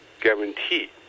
guarantee